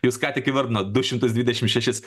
jūs ką tik įvardinot du šimtus dvidešim šešis